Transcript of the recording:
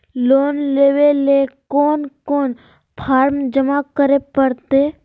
Loan लेवे ले कोन कोन फॉर्म जमा करे परते?